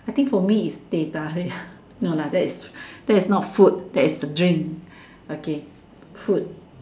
I think for me is teh-tarik no lah that that's not food that's drink okay food